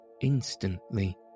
Instantly